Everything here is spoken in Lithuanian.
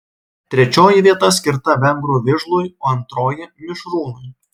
trečioji vieta skirta vengrų vižlui o antroji mišrūnui